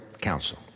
counsel